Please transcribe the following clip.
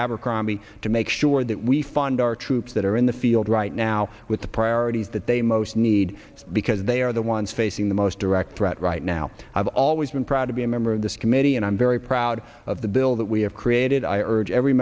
abercrombie to make sure that we fund our troops that are in the field right now with the priorities that they most need because they are the ones facing the most direct threat right now i've always been proud to be a member of this committee and i'm very proud of the bill that we have created i urge every